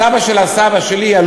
סבא של הסבא שלי,